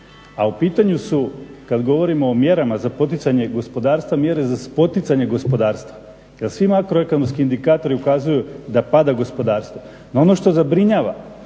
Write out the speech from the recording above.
A u pitanju su kad govorimo o mjerama za poticanje gospodarstva mjere za poticanje gospodarstva. Jer svi makroekonomski indikatori ukazuju da pada gospodarstvo. No ono što zabrinjava